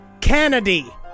Kennedy